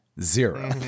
Zero